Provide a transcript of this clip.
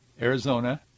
Arizona